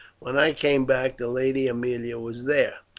when i came back the lady aemilia was there.